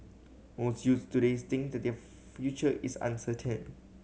most youths today think that their future is uncertain